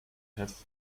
have